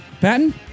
Patton